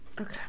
Okay